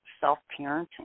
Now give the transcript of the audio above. self-parenting